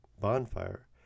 bonfire